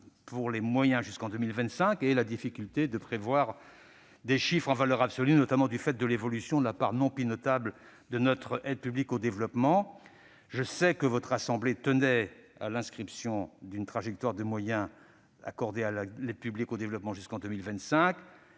trajectoire jusqu'en 2025 et la difficulté de prévoir des chiffres en valeur absolue, notamment du fait de l'évolution de la part non pilotable de notre aide publique au développement. Je sais que votre assemblée tenait à ce que soit inscrite une trajectoire des moyens accordés à l'aide publique au développement jusqu'en 2025.